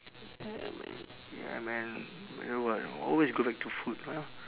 yeah man ya man no what always go back to food know